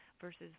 versus